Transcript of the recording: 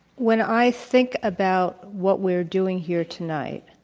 when i think about what we're doing here tonight,